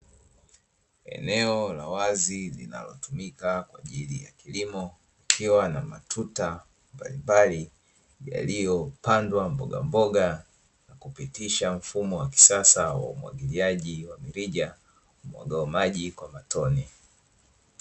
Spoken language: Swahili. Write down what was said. Eneo la wazi linalotumika kwa ajili ya kilimo, likiwa na matuta mbalimbali, yaliyopandwa mbogamboga na kupitisha mfumo wa kisasa wa umwagiliaji wa mirija umwagao maji kwa matone.